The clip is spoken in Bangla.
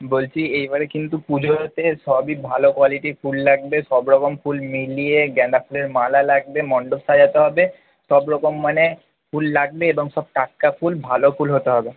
বলছি এবারে কিন্তু পুজোতে সবই ভালো কোয়ালিটির ফুল লাগবে সবরকম ফুল মিলিয়ে গাঁদা ফুলের মালা লাগবে মণ্ডপ সাজাতে হবে সবরকম মানে ফুল লাগবে এবং সব টাটকা ফুল ভালো ফুল হতে হবে